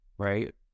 right